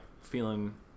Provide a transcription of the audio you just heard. feeling